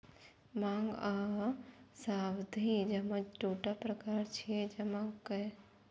मांग आ सावधि जमा दूटा प्रकार छियै जमा के